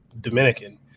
dominican